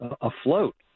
afloat